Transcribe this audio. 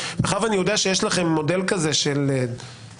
מאחר ואני יודע שיש לכם מודל כזה של אדום,